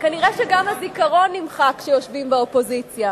כנראה שגם הזיכרון נמחק כשיושבים באופוזיציה,